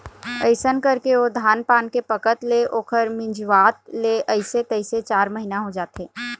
अइसन करके ओ धान पान के पकत ले ओखर मिंजवात ले अइसे तइसे चार महिना हो जाथे